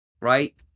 right